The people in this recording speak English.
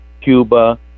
Cuba